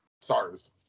SARS